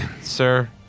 sir